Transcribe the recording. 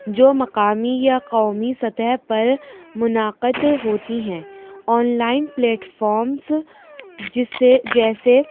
جو مقامی یا قومی سطح پر منعقد ہوتی ہیں آن لائن پلیٹفارمس جس سے جیسے